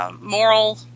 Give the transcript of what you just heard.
Moral